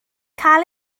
cael